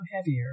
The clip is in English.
heavier